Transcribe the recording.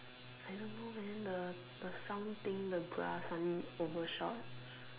I don't know the sound thing the grass something suddenly overshot